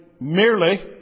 merely